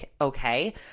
okay